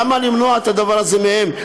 למה למנוע את הדבר הזה מהם?